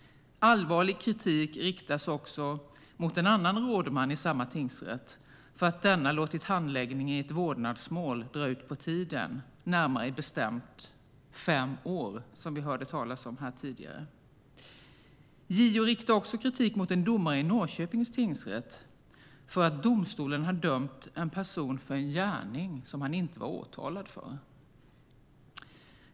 Allvarlig kritik riktas också mot en annan rådman i samma tingsrätt för att denna låtit handläggningen i ett vårdnadsmål dra ut på tiden, närmare bestämt i fem år, som vi hörde talas om här tidigare. JO riktar även kritik mot en domare i Norrköpings tingsrätt för att domstolen har dömt en person för en gärning som han inte var åtalad för.